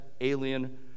alien